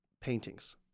paintings